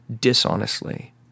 dishonestly